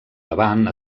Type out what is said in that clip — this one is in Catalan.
davant